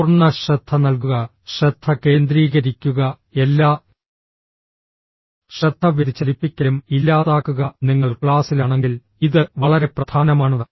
പൂർണ്ണ ശ്രദ്ധ നൽകുക ശ്രദ്ധ കേന്ദ്രീകരിക്കുക എല്ലാ ശ്രദ്ധ വ്യതിചലിപ്പിക്കലും ഇല്ലാതാക്കുക നിങ്ങൾ ക്ലാസിലാണെങ്കിൽ ഇത് വളരെ പ്രധാനമാണ്